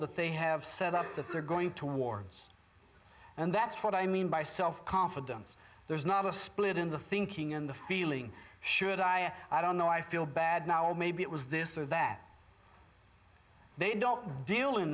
that they have set up that they're going towards and that's what i mean by self confidence there's not a split in the thinking in the feeling should i i don't know i feel bad now or maybe it was this or that they don't deal in